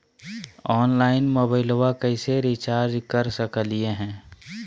Online मोबाइलबा कैसे recharge कर सकलिए है?